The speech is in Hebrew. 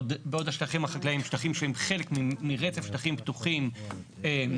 בעוד השטחים החקלאיים הם שטחים שהם חלק מרצף שטחים פתוחים רציף,